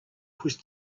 pushed